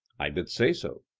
i did say so.